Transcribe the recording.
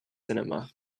cinema